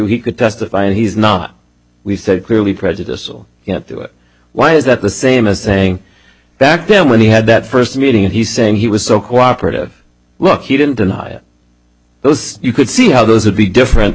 he could testify and he's not we said clearly prejudice or you know why is that the same as saying back to when he had that first meeting and he's saying he was so cooperative look he didn't deny it those you could see how those would be different